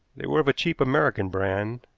they were of a cheap american brand,